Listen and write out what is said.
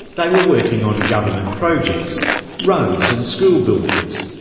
they were working on government projects roads and school buildings,